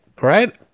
right